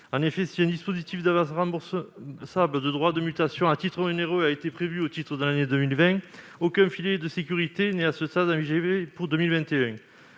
En effet, si un dispositif d'avances remboursables de droits de mutation à titre onéreux, ou DMTO, a été prévu au titre de l'année 2020, aucun filet de sécurité n'est à ce stade envisagé pour 2021.